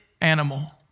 animal